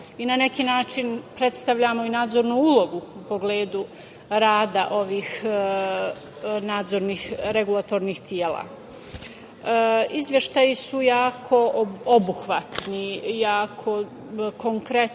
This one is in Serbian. i na neki način predstavljamo i nadzornu ulogu u pogledu rada ovih nadzornih regulatornih tela. Izveštaji su jako obuhvatni, jako konkretni